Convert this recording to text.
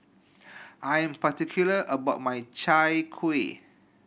I am particular about my Chai Kueh